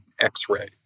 X-ray